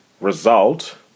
result